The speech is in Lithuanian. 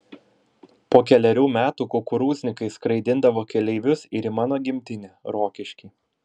po kelerių metų kukurūznikai skraidindavo keleivius ir į mano gimtinę rokiškį